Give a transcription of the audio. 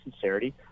sincerity